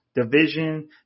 division